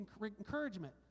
encouragement